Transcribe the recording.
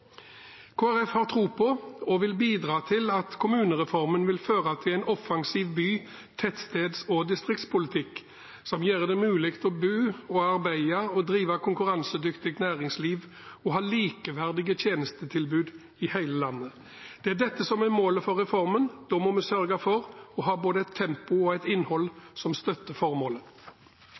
Folkeparti har tro på, og vil bidra til, at kommunereformen vil føre til en offensiv by-, tettsteds- og distriktspolitikk som gjør det mulig å bo og arbeide og drive konkurransedyktig næringsliv og ha likeverdige tjenestetilbud i hele landet. Det er dette som er målet for reformen. Da må vi sørge for å ha både et tempo og et innhold som støtter formålet.